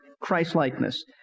Christ-likeness